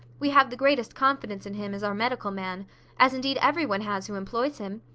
we have the greatest confidence in him as our medical man as indeed every one has who employs him.